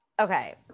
Okay